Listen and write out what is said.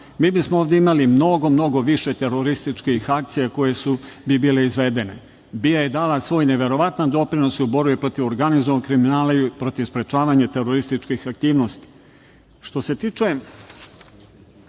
mi smo ovde imali mnogo više terorističkih akcija koje bi bile izvedene, jer BIA je dala svoj neverovatni doprinos u borbi protiv organizovanog kriminala i protiv sprečavanja terorističkih aktivnosti. Što